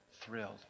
thrilled